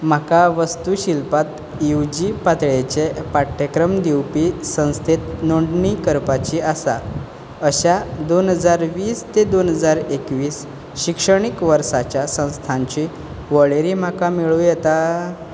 म्हाका वास्तुशिल्पांत U G पातळेचे पाठ्यक्रम दिवपी संस्थेत नोंदणी करपाची आसा अश्या दोन हजार वीस ते दोन हजार एकवीस शिक्षणीक वर्साच्या संस्थांची वळेरी म्हाका मेळूं येता